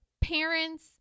parents